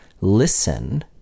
listen